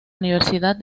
universidad